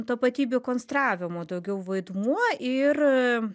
tapatybių konstravimų daugiau vaidmuo ir